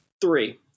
Three